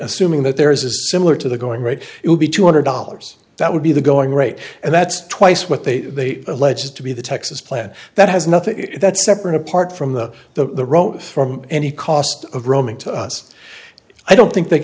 assuming that there is a similar to the going rate it will be two hundred dollars that would be the going rate and that's twice what they alleged to be the texas plan that has nothing that's separate apart from the the row from any cost of roaming to us i don't think they